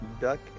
duck